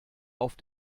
auf